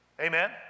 Amen